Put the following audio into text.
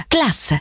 Class